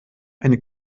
eine